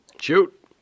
shoot